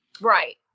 Right